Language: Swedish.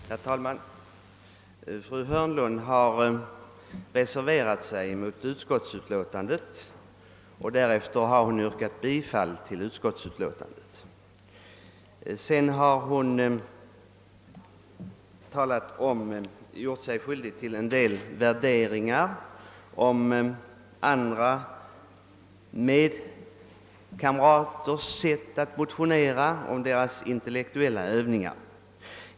Herr talman! Fru Hörnlund har reserverat sig mot utskottets hemställan och därefter har hon yrkat bifall till densamma. Vidare har hon gjort sig skyldig till vissa värderingar av kammarkollegers sätt att motionera och av deras intellektuella övningar.